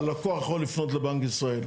הלקוח יכול לפנות לבנק ישראל.